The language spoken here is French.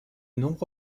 nombre